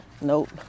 Nope